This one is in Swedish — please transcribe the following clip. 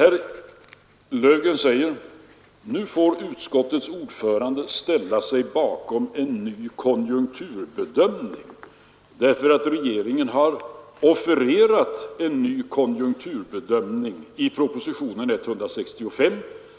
Herr Löfgren sade att nu får utskottets ordförande ställa sig bakom en ny konjunkturbedömning, därför att regeringen har offererat en ny konjunkturbedömning i propositionen 165,